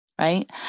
right